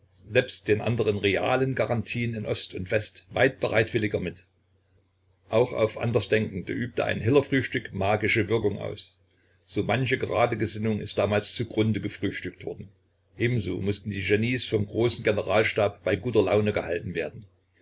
nebst den anderen realen garantien in ost und west weit bereitwilliger mit auch auf andersdenkende übte ein hiller-frühstück magische wirkung aus so manche gerade gesinnung ist damals zugrunde gefrühstückt worden ebenso mußten die genies vom großen generalstab bei guter laune gehalten werden